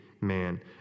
man